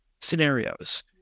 scenarios